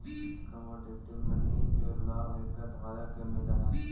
commodity money के लाभ एकर धारक के मिलऽ हई